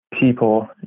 people